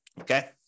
okay